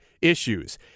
issues